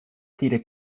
peter